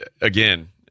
again